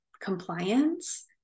Compliance